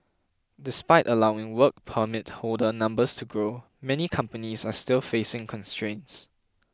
despite allowing Work Permit holder numbers to grow many companies are still facing constraints